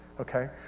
okay